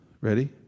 Ready